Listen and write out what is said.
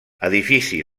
edifici